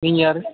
நீங்கள் யார்